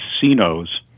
casinos